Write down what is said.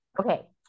Okay